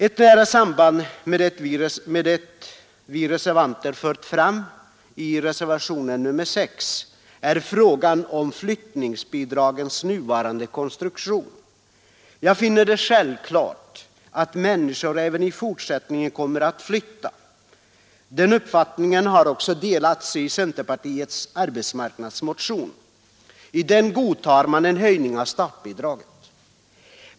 Ett nära samband med det vi reservanter fört fram i reservationen 6 har frågan om flyttningsbidragens nuvarande konstruktion. Jag finner det självklart att människor även i fortsättningen kommer att flytta. Den uppfattningen har också delats i centerpartiets arbetsmarknadsmotion. I den godtar man en höjning av startbidraget.